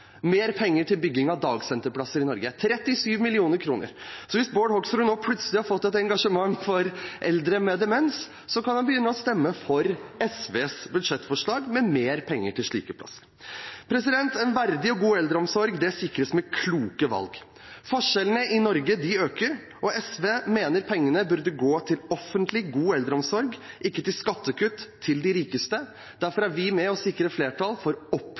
mer penger til bygging av dagsenterplasser i Norge, 37 mill. kr. Hvis Bård Hoksrud plutselig har fått et engasjement for eldre med demens, kan han begynne å stemme for SVs budsjettforslag med mer penger til slike plasser. En verdig og god eldreomsorg sikres med kloke valg. Forskjellene i Norge øker, og SV mener pengene burde gå til offentlig, god eldreomsorg og ikke til skattekutt til de rikeste. Derfor er vi med og sikrer flertall for